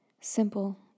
simple